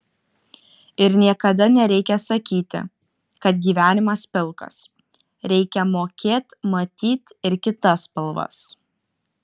ir niekada nereikia sakyti kad gyvenimas pilkas reikia mokėt matyt ir kitas spalvas